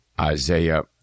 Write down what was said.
Isaiah